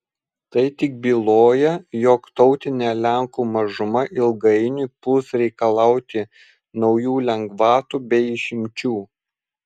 tai tik byloja jog tautinė lenkų mažuma ilgainiui puls reikalauti naujų lengvatų bei išimčių